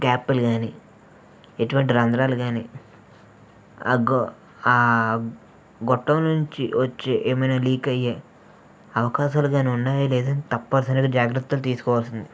గ్యాప్లు గానీ ఎంటువంటి రంధ్రాలు గానీ గో ఆ గొట్టం నుంచి వచ్చే ఏమైనా లీకయ్యే అవకాశాలు గానీ ఉన్నాయా లేదా అని తప్పనిసరిగా జాగ్రత్తలు తీసుకోవాల్సింది